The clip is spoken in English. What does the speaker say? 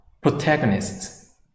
protagonists